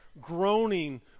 groaning